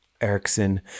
erickson